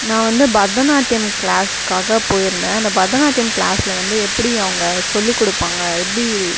நான் வந்து பரதநாட்டியம் க்ளாஸ்காக போயிருந்தேன் அந்த பரதநாட்டியம் க்ளாஸில் வந்து எப்படி அவங்க சொல்லிக் கொடுப்பாங்க எப்படி